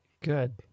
good